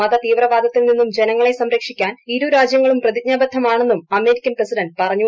മത തീവ്രവാദത്തിൽ നിന്നും ജനങ്ങളെ സംരക്ഷിക്കാൻ ഇരു രാജ്യങ്ങളും പ്രതിജ്ഞാബദ്ധമാണെന്നും അമേരിക്കൻ പ്രസിഡന്റ് പറഞ്ഞു